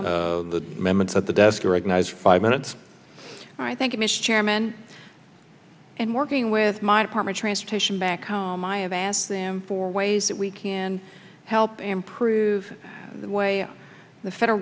and the members at the desk recognize five minutes i thank you mr chairman and working with my department transportation back home i have asked them for ways that we can help improve the way the federal